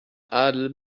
adel